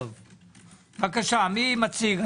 בבקשה, מי מציג?